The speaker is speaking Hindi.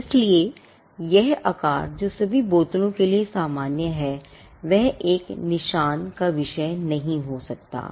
इसलिए यह आकार जो सभी बोतलों के लिए सामान्य है वह एक निशान का विषय नहीं हो सकता है